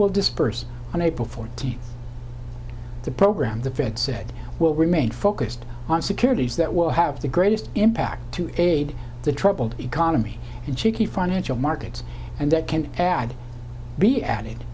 will disperse on april fourteenth the program the fed said will remain focused on securities that will have the greatest impact to aid the troubled economy and shaky financial markets and that can add be added